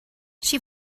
she